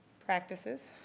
practices